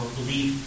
belief